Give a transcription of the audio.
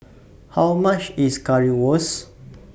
How much IS Currywurst